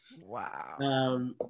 Wow